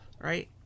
right